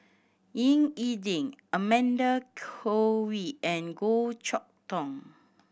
Ying E Ding Amanda Koe Lee and Goh Chok Tong